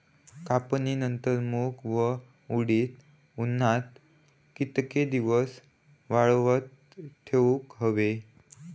कापणीनंतर मूग व उडीद उन्हात कितके दिवस वाळवत ठेवूक व्हये?